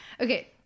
Okay